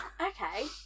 Okay